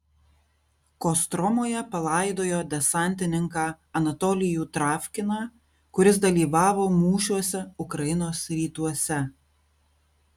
kostromoje palaidojo desantininką anatolijų travkiną kuris dalyvavo mūšiuose ukrainos rytuose